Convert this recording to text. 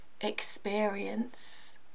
experience